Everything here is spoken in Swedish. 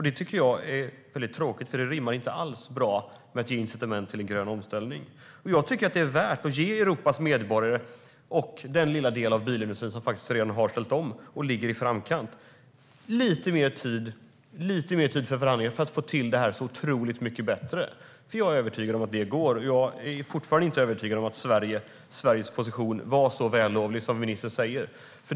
Det tycker jag är tråkigt, för det rimmar inte alls med incitament till grön omställning. Jag tycker att det är värt att ge Europas medborgare och den lilla del av bilindustrin som redan har ställt om och ligger i framkant lite mer tid till förhandlingar för att få till detta otroligt mycket bättre. Jag är övertygad om att det går. Jag är fortfarande inte övertygad om att Sveriges position var så vällovlig som ministern säger.